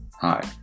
Hi